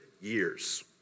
years